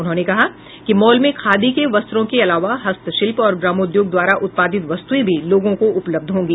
उन्होंने कहा कि मॉल में खादी के वस्त्रों के अलावा हस्तशिल्प और ग्रामोद्योग द्वारा उत्पादित वस्तुएं भी लोगों को उपलब्ध होगी